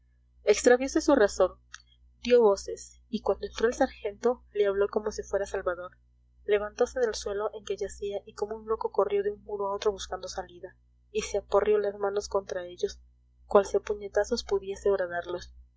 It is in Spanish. ánimo extraviose su razón dio voces y cuando entró el sargento le habló como si fuera salvador levantose del suelo en que yacía y como un loco corrió de un muro a otro buscando salida y se aporreó las manos contra ellos cual si a puñetazos pudiese horadarlos